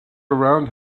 around